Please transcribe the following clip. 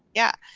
yeah.